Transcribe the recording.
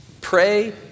Pray